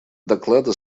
доклада